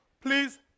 please